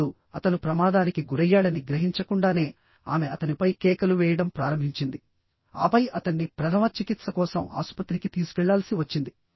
ఇప్పుడు అతను ప్రమాదానికి గురయ్యాడని గ్రహించకుండానే ఆమె అతనిపై కేకలు వేయడం ప్రారంభించింది ఆపై అతన్ని ప్రథమ చికిత్స కోసం ఆసుపత్రికి తీసుకెళ్లాల్సి వచ్చింది